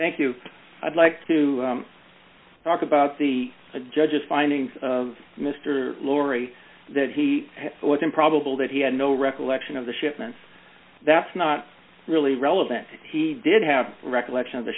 thank you i'd like to talk about the judge's findings of mr laurie that he was improbable that he had no recollection of the shipments that's not really relevant he did have recollection of the